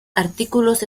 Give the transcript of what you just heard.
artículos